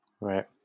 Right